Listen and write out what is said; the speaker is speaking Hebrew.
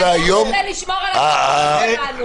ואתה רוצה לשמור על הזכויות שלנו.